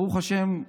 ברוך השם,